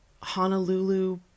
Honolulu